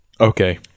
Okay